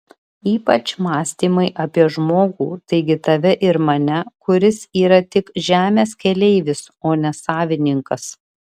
ypač mąstymai apie žmogų taigi tave ir mane kuris yra tik žemės keleivis o ne savininkas